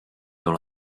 dans